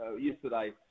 yesterday